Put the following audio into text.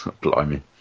Blimey